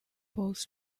both